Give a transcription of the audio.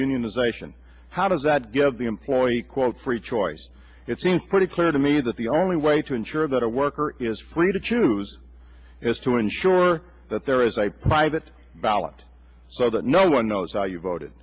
unionization how does that give the employee quote free choice it seems pretty clear to me that the only way to ensure that a worker is free to choose is to ensure that there is a private ballot so that no one knows how you voted